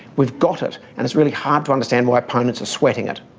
we've got it and it's really hard to understand why opponents are sweating it.